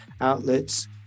outlets